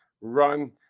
run